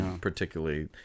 particularly